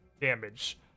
damage